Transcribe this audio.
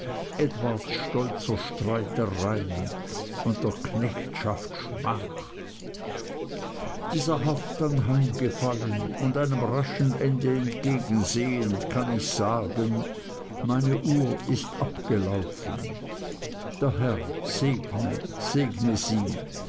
edwards stolzer streiter reihn und der knechtschaft schmach dieser haft anheimgefallen und einem raschen ende entgegeneilend kann ich sagen meine uhr ist abgelaufen der herr segne segne sie